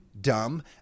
dumb